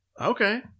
Okay